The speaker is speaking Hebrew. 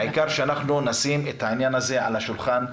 העיקר שאנחנו נשים את העניין הזה על השולחן,